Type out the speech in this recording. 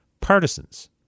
partisans